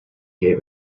gave